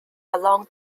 along